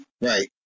Right